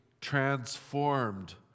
transformed